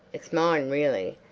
it's mine, really,